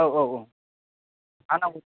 औ औ औ आंनाव